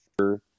sure